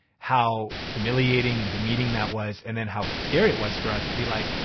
how humiliating and demeaning that was and then how scary it was for us to be like,